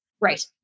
Right